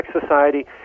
society